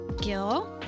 Gil